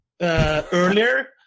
Earlier